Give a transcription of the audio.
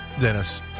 Dennis